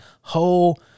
whole